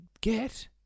get